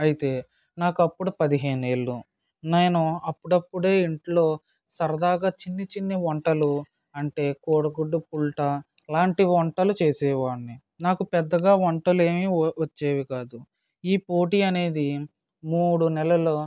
అయితే నాకు అప్పుడు పదిహేను ఏళ్ళు నేను అప్పుడప్పుడే ఇంటిలో సరదాగా చిన్ని చిన్ని వంటలు అంటే కోడి గుడ్డు పుల్టా అలాంటి వంటలు చేసేవాడిని నాకు పెద్దగా వంటలు ఏమి వచ్చేవి కాదు ఈ పోటీ అనేది మూడు నెలలు